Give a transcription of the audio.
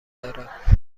دارد